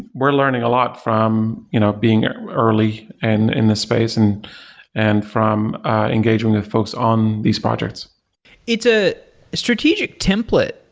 we're learning a lot from you know being early and in this space and and from engaging with folks on these projects it's a strategic template,